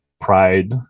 pride